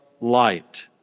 light